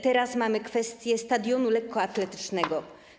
Teraz mamy kwestię stadionu lekkoatletycznego.